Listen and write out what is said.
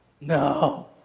no